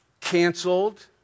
canceled